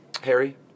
Harry